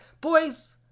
boys